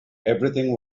everything